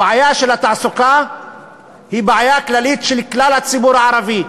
הבעיה של התעסוקה היא בעיה כללית של כלל הציבור הערבי.